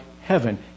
heaven